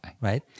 Right